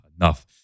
enough